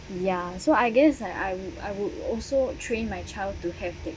ya so I guess I I would I would also train my child to have that